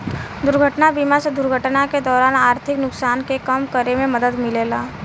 दुर्घटना बीमा से दुर्घटना के दौरान आर्थिक नुकसान के कम करे में मदद मिलेला